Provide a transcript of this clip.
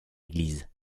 église